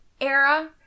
era